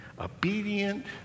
obedient